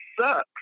sucks